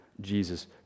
Jesus